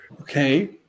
Okay